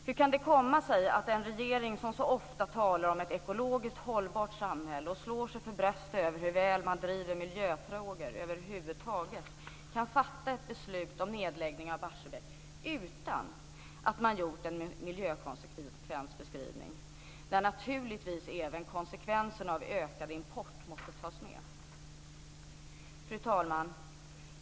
Hur kan det komma sig att en regering som så ofta talar om ett ekologiskt hållbart samhälle och slår sig för bröstet över hur väl man driver miljöfrågor över huvud taget kan fatta ett beslut om nedläggning av Barsebäck utan att man har gjort en miljökonsekvensbeskrivning där naturligtvis även konsekvenserna av ökad import måste tas med? Fru talman!